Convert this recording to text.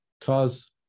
cause